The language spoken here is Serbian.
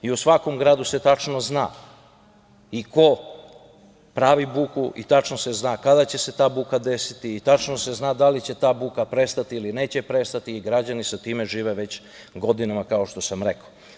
U svakom gradu se tačno zna i ko pravi buku i tačno se zna kada će se ta buka desiti i tačno se zna da li će ta buka prestati ili neće prestati i građani sa time žive već godinama, kao što sam rekao.